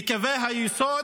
בקווי היסוד,